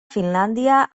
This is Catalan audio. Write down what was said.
finlàndia